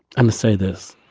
um ah say this.